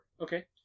Okay